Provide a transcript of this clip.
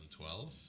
2012